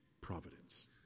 Providence